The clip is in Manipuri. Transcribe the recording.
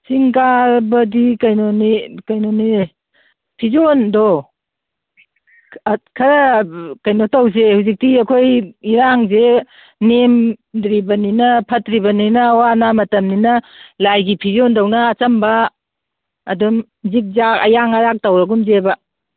ꯆꯤꯡ ꯀꯥꯕꯗꯤ ꯀꯩꯅꯣꯅꯤ ꯀꯩꯅꯣꯅꯤ ꯐꯤꯖꯣꯟꯗꯣ ꯈꯔ ꯀꯩꯅꯣ ꯇꯧꯁꯦ ꯍꯧꯖꯤꯛꯇꯤ ꯑꯩꯈꯣꯏ ꯏꯔꯥꯡꯁꯦ ꯅꯦꯝꯗ꯭ꯔꯤꯕꯅꯤꯅ ꯐꯠꯇ꯭ꯔꯤꯕꯅꯤꯅ ꯑꯋꯥ ꯑꯅꯥ ꯃꯇꯝꯅꯤꯅ ꯂꯥꯏꯒꯤ ꯐꯤꯖꯣꯟꯗꯧꯅ ꯑꯆꯝꯕ ꯑꯗꯨꯝ ꯖꯤꯛ ꯖꯥꯛ ꯑꯌꯥꯡ ꯑꯔꯥꯛ ꯇꯧꯔꯒꯨꯝꯁꯦꯕ